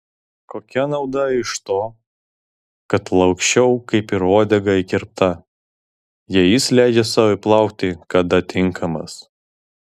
kokia nauda iš to kad laksčiau kaip į uodegą įkirpta jei jis leidžia sau įplaukti kada tinkamas